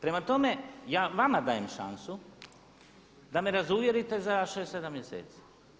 Prema tome, ja vama dajem šansu da me razuvjerite za 6, 7 mjeseci.